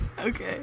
Okay